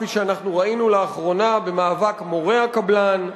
כפי שאנחנו ראינו לאחרונה במאבק מורי הקבלן,